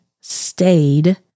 stayed